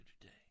today